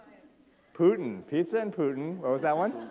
putin, pizza and putin, oh, is that one